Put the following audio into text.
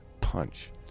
punch